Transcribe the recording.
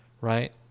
right